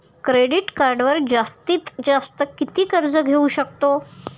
Credit कार्डवर जास्तीत जास्त किती कर्ज घेऊ शकतो?